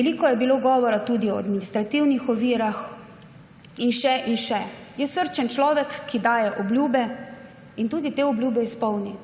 Veliko je bilo govora tudi o administrativnih ovirah in še in še. Je srčen človek, ki daje obljube in te obljube tudi izpolni.